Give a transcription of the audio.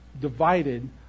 divided